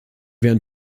werden